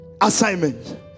assignment